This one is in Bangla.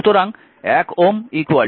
সুতরাং এক Ω 1 ভোল্ট প্রতি অ্যাম্পিয়ার